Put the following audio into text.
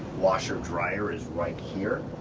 washer dryer is right here.